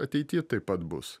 ateity taip pat bus